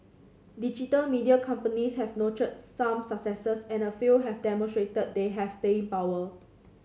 digital media companies have notched some successes and a few have demonstrated that they have staying power